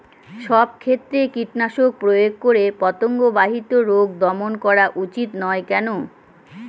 সব ক্ষেত্রে কীটনাশক প্রয়োগ করে পতঙ্গ বাহিত রোগ দমন করা উচিৎ নয় কেন?